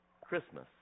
Christmas